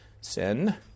sin